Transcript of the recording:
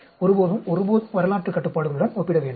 ஒருபோதும் ஒருபோதும் வரலாற்று கட்டுப்பாடுகளுடன் ஒப்பிட வேண்டாம்